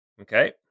Okay